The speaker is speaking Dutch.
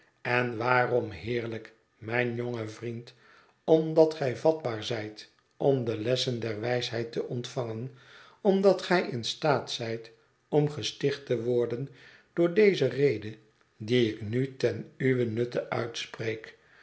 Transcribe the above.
en waarom heerlijk mijn jonge vriend omdat gij vatbaar zijt om de lessen der wijsheid te ontvangen omdat gij in staat zijt om gesticht te worden door deze rede die ik nu ten uwen nutte uitspreek